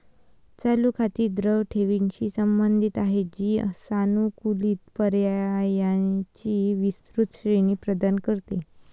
चालू खाती द्रव ठेवींशी संबंधित आहेत, जी सानुकूलित पर्यायांची विस्तृत श्रेणी प्रदान करते